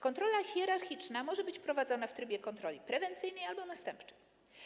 Kontrola hierarchiczna może być prowadzona w trybie kontroli prewencyjnej albo następczej.